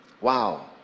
Wow